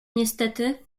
niestety